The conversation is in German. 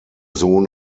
sohn